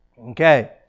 Okay